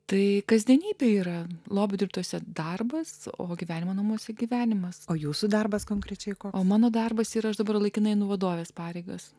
tai kasdienybė yra lobių dirbtuvėse darbas o gyvenimo namuose gyvenimas o jūsų darbas konkrečiai o mano darbas ir aš dabar laikinai einu vadovės pareigas